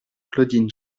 claudine